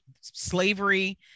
slavery